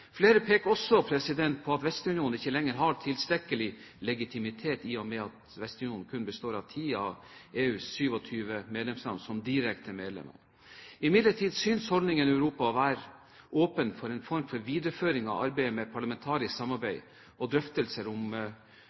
Flere peker også på at Vestunionen ikke lenger har tilstrekkelig legitimitet, i og med at Vestunionen kun består av ti av EUs 27 medlemsland som direkte medlemmer. Imidlertid synes holdningen i Europa å være åpen for en form for videreføring av arbeidet med parlamentarisk samarbeid og drøftelser om